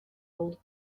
old